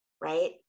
right